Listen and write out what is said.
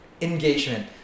engagement